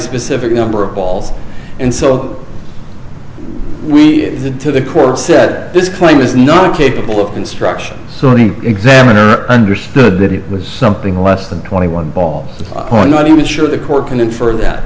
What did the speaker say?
specific number of balls and so we had to the court said this plane was not capable of instruction so any examiner understood that it was something less than twenty one ball or not even sure the court can infer that